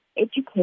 education